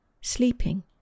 sleeping